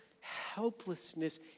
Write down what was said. helplessness